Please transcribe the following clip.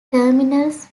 terminals